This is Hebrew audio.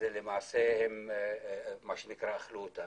למעשה הם אכלו אותה.